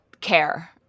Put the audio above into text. care